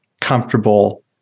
comfortable